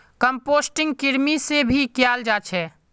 composting कृमि से भी कियाल जा छे